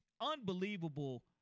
Unbelievable